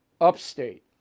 upstate